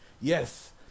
yes